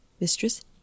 Mistress